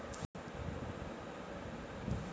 সরকার থাকে অনেক রকমের সব চাষীদের লিগে সুবিধা দিতেছে